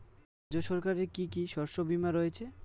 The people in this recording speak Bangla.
রাজ্য সরকারের কি কি শস্য বিমা রয়েছে?